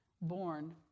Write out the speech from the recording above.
born